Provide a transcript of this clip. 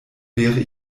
wäre